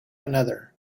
another